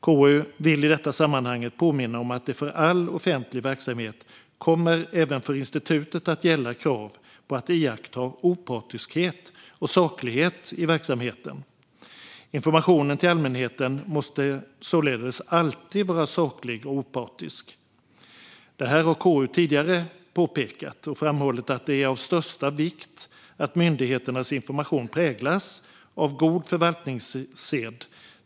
KU vill i detta sammanhang påminna om att det för all offentlig verksamhet finns krav på att iaktta opartiskhet och saklighet i verksamheten, och dessa krav kommer även att gälla för institutet. Informationen till allmänheten måste således alltid vara saklig och opartisk. KU har tidigare påpekat detta och framhållit att det är av största vikt att myndigheternas information präglas av god förvaltningssed.